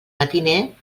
matiner